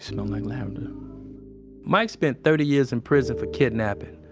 smelled like lavender mike spent thirty years in prison for kidnapping.